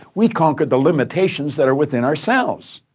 we conquered the limitations that are within ourselves.